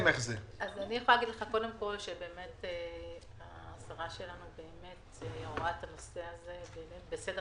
אני יכולה להגיד לך שבאמת השרה שלנו רואה את הנושא הזה בסדר